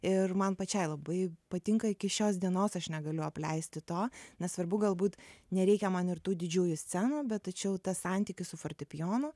ir man pačiai labai patinka iki šios dienos aš negaliu apleisti to nesvarbu galbūt nereikia man ir tų didžiųjų scenų bet tačiau tas santykis su fortepijonu